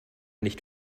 nicht